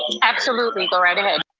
and absolutely go right ahead.